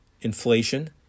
inflation